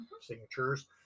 signatures